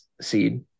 seed